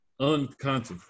unconscious